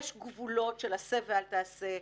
יש גבולות של עשה ואל תעשה.